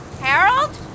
Harold